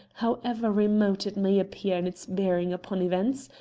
however remote it may appear in its bearing upon events,